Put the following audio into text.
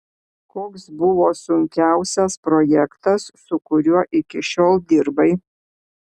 koks buvo sunkiausias projektas su kuriuo iki šiol dirbai